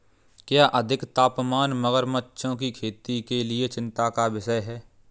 क्या अधिक तापमान मगरमच्छों की खेती के लिए चिंता का विषय है?